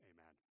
Amen